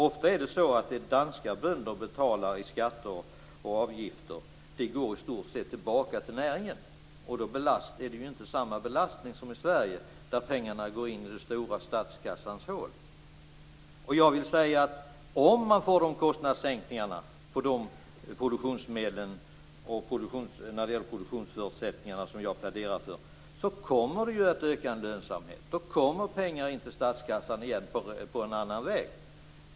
Ofta är det så att det som danska bönder betalar i skatter och avgifter i stort sett går tillbaka till näringen, och då är det ju inte samma belastning som i Sverige där pengarna går in den stora statskassans hål. Om man får de kostnadssänkningar på produktionsmedlen och när det gäller produktionsförutsättningarna som jag pläderar för kommer lönsamheten att öka, och då kommer det pengar till statskassan en annan väg.